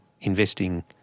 investing